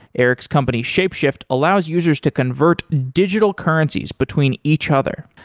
erik's company, shapeshift, allows users to convert digital currencies between each other.